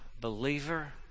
believer